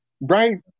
right